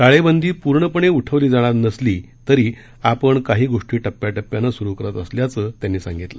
टाळेबंदी पूर्णपणे उठवली जाणार नसली तरी आपण काही गोष्टी टप्याटप्यानं सुरू करत असल्याचं त्यांनी यावेळी सांगितलं